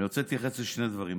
אני רוצה להתייחס לשני דברים.